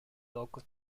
local